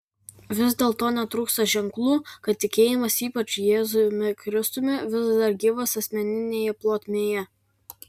vis dėlto netrūksta ženklų kad tikėjimas ypač jėzumi kristumi vis dar gyvas asmeninėje plotmėje